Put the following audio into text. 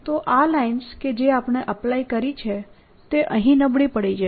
તો આ લાઇન્સ કે જે આપણે એપ્લાય કરી છે તે અહીં નબળી પડી જશે